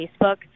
Facebook